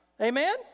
Amen